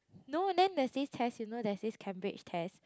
no then there is test you know there is this Cambridge test